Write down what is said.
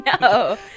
No